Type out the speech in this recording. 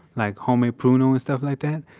like homemade pruno and stuff like that.